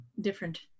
Different